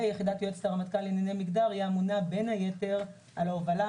יחידת יועצת הרמטכ"ל לענייני מגדר אמונה בין היתר על ההובלה,